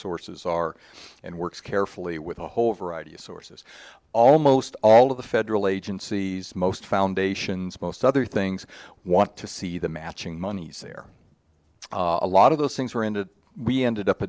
sources are and works carefully with a whole variety of sources almost all of the federal agencies most foundations most other things want to see the matching monies there a lot of those things were ended we ended up